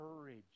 courage